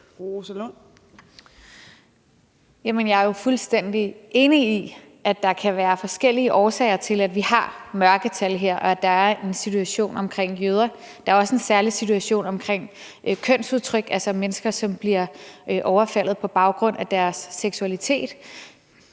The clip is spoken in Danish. Jeg er jo fuldstændig enig i, at der kan være forskellige årsager til, at vi her har mørketal, og at der er en situation omkring jøder. Der er også en særlig situation omkring kønsudtryk, altså mennesker, som bliver overfaldet på baggrund af deres seksualitet,